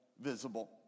visible